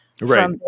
right